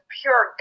pure